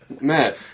Matt